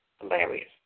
hilarious